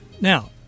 Now